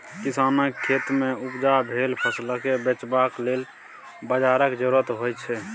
किसानक खेतमे उपजा भेल फसलकेँ बेचबाक लेल बाजारक जरुरत होइत छै